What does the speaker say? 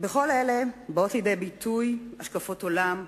בכל אלה באות לידי ביטוי השקפות עולם,